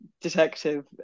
detective